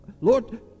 Lord